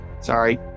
Sorry